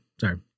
Sorry